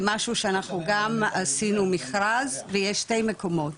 זה משהו שאנחנו גם עשינו מכרז ויש שתי מקומות,